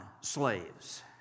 slaves